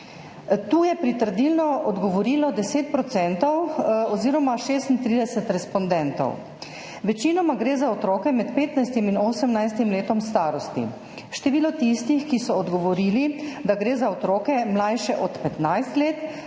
Tu je pritrdilno odgovorilo 10 % oziroma 36 respondentov. Večinoma gre za otroke med 15. in 18. letom starosti. Število tistih, ki so odgovorili, da gre za otroke, mlajše od 15 let,